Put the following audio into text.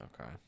okay